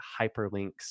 hyperlinks